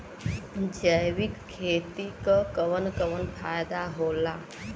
जैविक खेती क कवन कवन फायदा होला?